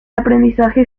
aprendizaje